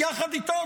יחד איתו,